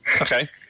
Okay